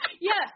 Yes